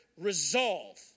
resolve